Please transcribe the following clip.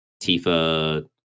Tifa